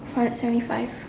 five hundred seventy five